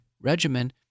regimen